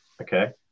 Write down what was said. Okay